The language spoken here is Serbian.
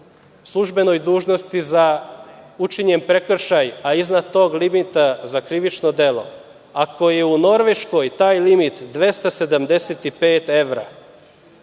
službenoj dužnosti za učinjen prekršaj a iznad tog limita za krivično delo, ako je u Norveškoj taj limit 275 evra,